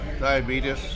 diabetes